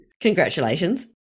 Congratulations